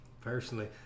personally